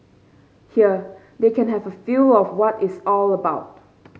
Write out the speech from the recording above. here they can have a feel of what it's all about